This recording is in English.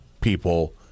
people